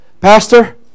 pastor